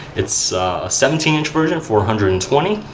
it's a seventeen inch version for hundred and twenty